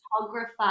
photographer